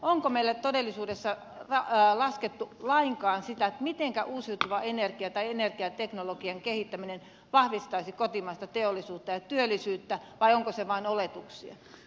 onko meillä todellisuudessa laskettu lainkaan sitä mitenkä uusiutuva energia tai energiateknologian kehittäminen vahvistaisi kotimaista teollisuutta ja työllisyyttä vai onko se vain oletuksia